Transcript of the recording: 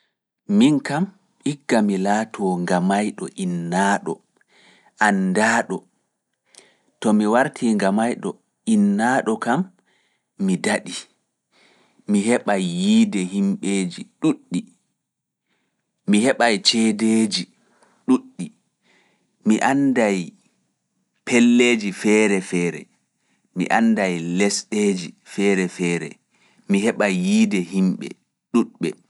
Min kam, ikka mi laatoo ngamayɗo innaaɗo, anndaaɗo. To mi wartii ngamayɗo innaaɗo kam, mi daɗi. Mi heɓa yiide himɓeeji ɗuuɗɗi. Mi heɓa ceedeji ɗuuɗɗi. Mi annda pelleeji feere feere. Mi annda lesɗeeji feere feere, mi heɓa yiide himɓe ɗuuɗɓe.